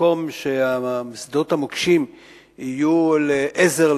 שבמקום ששדות המוקשים יהיו לעזר,